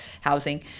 housing